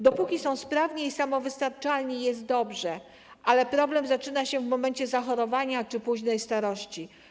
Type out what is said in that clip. Dopóki są sprawni i samowystarczalni, jest dobrze, ale problem zaczyna się w momencie zachorowania czy późnej starości.